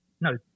no